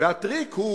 והטריק הוא,